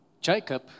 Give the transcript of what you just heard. Jacob